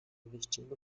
vestindo